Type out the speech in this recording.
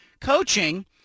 coaching